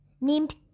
named